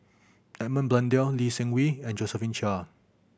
Edmund Blundell Lee Seng Wee and Josephine Chia